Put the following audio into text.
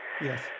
Yes